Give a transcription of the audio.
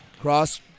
Cross